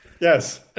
Yes